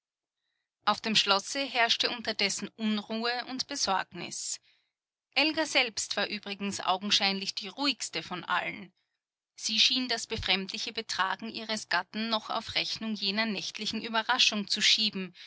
auf dem schlosse herrschte unterdessen unruhe und besorgnis elga selbst war übrigens augenscheinlich die ruhigste von allen sie schien das befremdliche betragen ihres gatten noch auf rechnung jener nächtlichen überraschung zu schieben